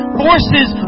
forces